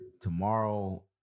Tomorrow